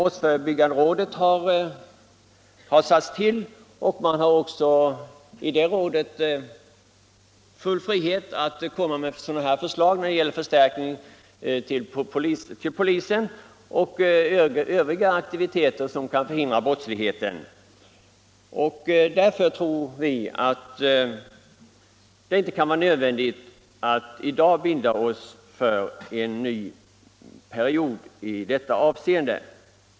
Brottsförebyggande rådet har tillsatts och har också full rättighet att lägga fram förslag i fråga om förstärkning av polisen och övriga aktiviteter som kan förhindra brottslighet. Därför tror vi att det inte kan vara nödvändigt att vi i dag binder oss för en ny period i detta avseende.